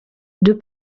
deux